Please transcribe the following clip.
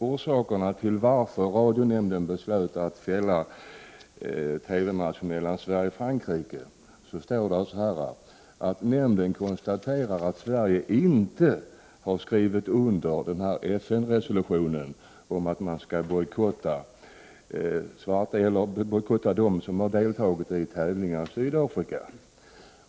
Orsakerna till att radionämnden beslöt fälla sändningen av tennismatchen mellan Sverige och Frankrike sägs vara att nämnden konstaterat att Sverige inte har skrivit under FN-resolutionen om att bojkotta de idrottsmän som deltagit i tävlingar i Sydafrika.